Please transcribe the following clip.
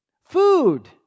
Food